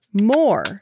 more